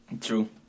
True